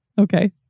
Okay